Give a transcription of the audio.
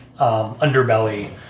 underbelly